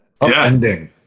Upending